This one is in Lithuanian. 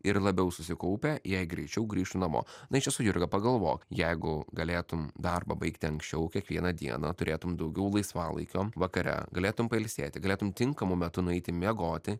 ir labiau susikaupę jei greičiau grįš namo na iš tiesų jurga pagalvok jeigu galėtum darbą baigti anksčiau kiekvieną dieną turėtum daugiau laisvalaikio vakare galėtum pailsėti galėtum tinkamu metu nueiti miegoti